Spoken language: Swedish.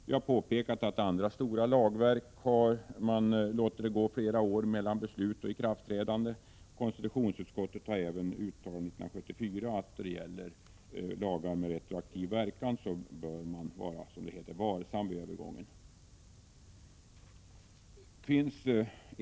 Vi har påpekat att andra stora lagverk har trätt i kraft flera år efter det att de beslutats. Konstitutionsutskot tet har även uttalat, 1974, att då det gäller lagar med retroaktiv verkan bör man vara, som det heter, varsam vid övergången.